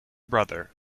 brother